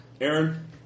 Aaron